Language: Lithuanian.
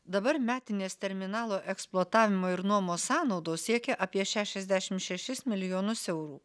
dabar metinės terminalo eksploatavimo ir nuomos sąnaudos siekia apie šešiasdešim šešis milijonus eurų